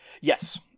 Yes